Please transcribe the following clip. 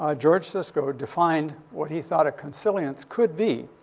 ah george siscoe defined what he thought a consilience could be.